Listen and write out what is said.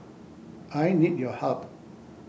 I need your help